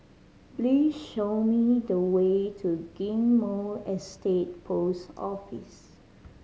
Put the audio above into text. please show me the way to Ghim Moh Estate Post Office